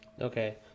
Okay